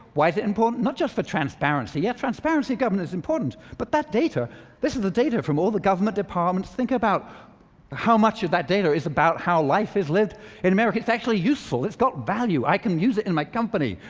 why is it important? not just for transparency, yeah transparency in government is important, but that data this is the data from all the government departments think about how much of that data is about how life is lived in america. it's actual useful. it's got value. i can use it in my company.